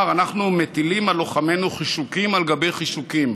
הוא אמר: אנחנו מטילים על לוחמינו חישוקים על גבי חישוקים,